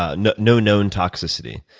ah no no known toxicity?